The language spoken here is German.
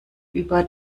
über